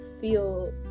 feel